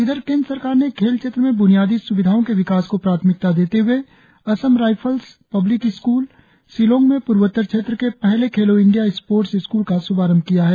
इधर केंद्र सरकार ने खेल क्षेत्र में बुनियादी सुविधाओं के विकास को प्राथमिकता देते हए Assam rifles public school Shillong में पूर्वोत्तर क्षेत्र के पहले खेलों इंडिया स्पोर्ट्स स्कूल का श्भारंभ किया है